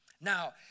now